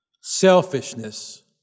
selfishness